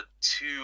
two